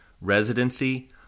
residency